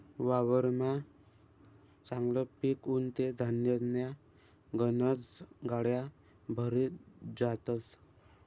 वावरमा चांगलं पिक उनं ते धान्यन्या गनज गाड्या भरी जातस